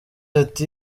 ati